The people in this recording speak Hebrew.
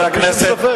אין ספק.